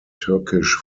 turkish